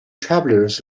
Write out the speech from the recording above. travelers